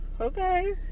okay